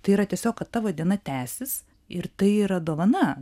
tai yra tiesiog kad tavo diena tęsis ir tai yra dovana